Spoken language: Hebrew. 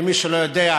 למי שלא יודע,